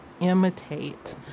imitate